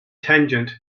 tangent